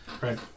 Right